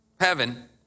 heaven